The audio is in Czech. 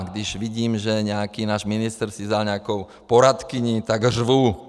Když vidím, že nějaký náš ministr si vzal nějakou poradkyni, tak řvu.